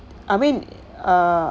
I mean uh